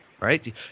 right